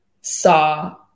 saw